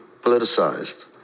politicized